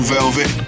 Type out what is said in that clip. Velvet